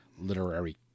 literary